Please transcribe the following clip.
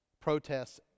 protests